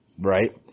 right